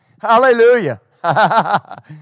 Hallelujah